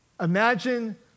Imagine